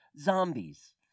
zombies